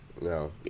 no